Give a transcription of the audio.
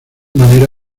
manera